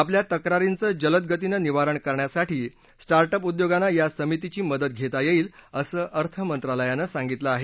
आपल्या तक्रारींचं जलदगतीनं निवारण करण्यासाठी स्टार्ट अप उद्योगांना या समितीची मदत घेता येईल असं अर्थमंत्रालयानं सांगितलं आहे